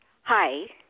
Hi